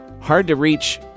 hard-to-reach